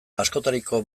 askotariko